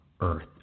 earth